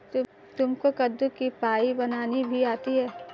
तुमको कद्दू की पाई बनानी भी आती है?